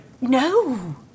No